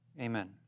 Amen